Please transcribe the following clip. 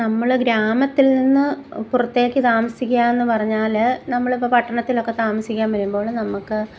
നമ്മൾ ഗ്രാമത്തിൽ നിന്ന് പുറത്തേക്ക് താമസിക്കുക എന്ന് പറഞ്ഞാൽ നമ്മൾ ഇപ്പോൾ പട്ടണത്തിലൊക്ക താമസിക്കാൻ വരുമ്പോൾ നമ്മൾക്ക്